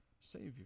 savior